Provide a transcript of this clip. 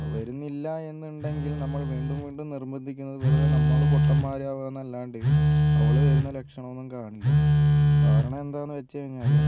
വരുന്നില്ലായെന്നുണ്ടെങ്കിൽ നമ്മള് വീണ്ടും വീണ്ടും നിർബന്ധിക്കുന്നത് വെറുതെ നമ്മള് പൊട്ടന്മാരാക്കാന്നല്ലാണ്ട് അവള് വരുന്ന ലക്ഷണമൊന്നും കാണില്ല കാരണം എന്താന്ന് വച്ചുകഴിഞ്ഞാല്